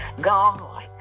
God